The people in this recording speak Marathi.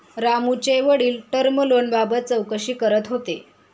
रामूचे वडील टर्म लोनबाबत चौकशी करत होते